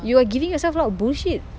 you are giving yourself a lot of bullshit